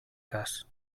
cas